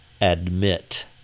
admit